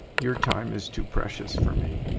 your time is too precious for me,